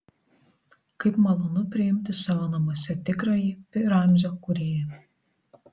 kaip malonu priimti savo namuose tikrąjį pi ramzio kūrėją